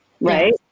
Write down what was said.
right